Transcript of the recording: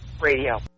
Radio